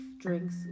drinks